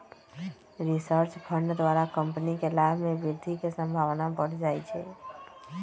research fund द्वारा company के लाभ में वृद्धि के संभावना बढ़ जाइ छइ